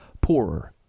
poorer